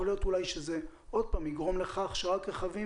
יכול להיות אולי שזה עוד פעם יגרום לכך שרק רכבים